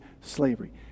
slavery